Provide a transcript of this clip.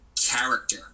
character